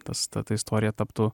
tas ta istorija taptų